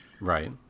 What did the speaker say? Right